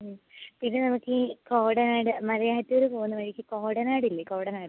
പിന്നെ നമുക്ക് ഈ കോടനാട് മലയാറ്റൂർ പോകുന്ന വഴിക്ക് കോടനാട് ഇല്ലേ കോടനാട്